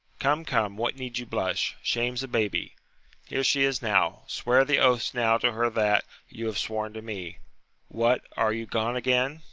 come, come, what need you blush? shame's a baby here she is now swear the oaths now to her that you have sworn to me what, are you gone again?